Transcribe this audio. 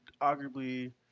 arguably